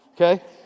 okay